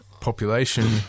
population